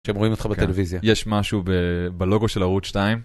שהם רואים אותך בטלוויזיה. יש משהו בלוגו של ערוץ 2.